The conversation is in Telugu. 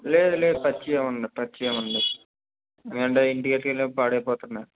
లేదు లేదు పచ్చియేవ్వండి పచ్చియేవ్వండి ఏండి ఇంటికెత్తేలోపు పాడై పోతున్నాయి